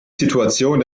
situation